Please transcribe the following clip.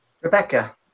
Rebecca